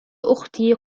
أختي